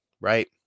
right